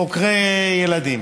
חוקרי ילדים.